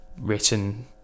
written